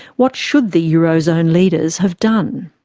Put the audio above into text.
what should the euro zone leaders have done?